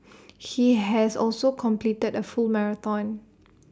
he has also completed A full marathon